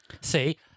See